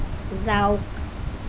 যাওক